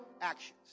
actions